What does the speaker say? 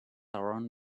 around